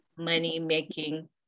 money-making